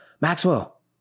Maxwell